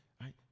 right